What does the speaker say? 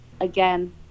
again